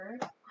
first